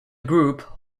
group